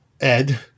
Ed